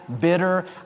bitter